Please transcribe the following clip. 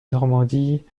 normandie